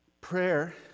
Prayer